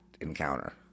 encounter